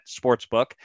sportsbook